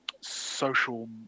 Social